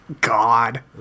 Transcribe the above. God